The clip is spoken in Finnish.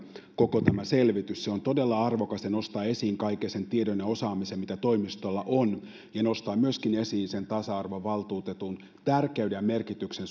koko tämä selvitys se on todella arvokas ja nostaa esiin kaiken sen tiedon ja osaamisen mitä toimistolla on ja nostaa myöskin esiin tasa arvovaltuutetun tärkeyden ja merkityksen